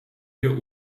wir